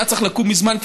שהיה צריך לקום מזמן,